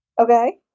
Okay